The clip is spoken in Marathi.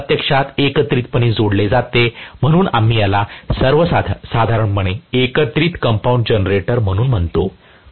म्हणून हे प्रत्यक्षात एकत्रितपणे जोडले जाते म्हणून आम्ही याला सर्वसाधारणपणे एकत्रित कंपाऊंड जनरेटर म्हणून म्हणतो